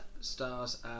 stars